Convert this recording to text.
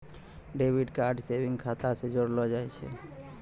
debit card savings खाता से जोड़लो जाय छै